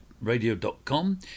Radio.com